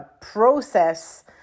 process